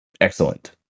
excellent